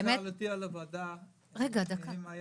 תעשי מחקר בוועדה האם היה